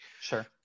Sure